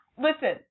listen